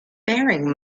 faring